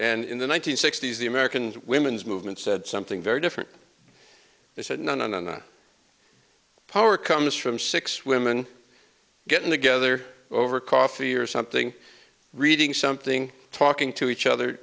and in the one nine hundred sixty s the american women's movement said something very different they said none and power comes from six women getting together over coffee or something reading something talking to each other